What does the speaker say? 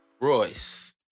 Royce